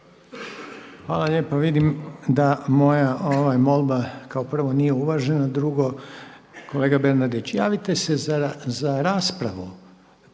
Hvala lijepo. Vidim da moja molba kao prvo nije uvažena. Drugo kolega Bernardić, javite se za raspravu,